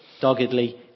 doggedly